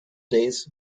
days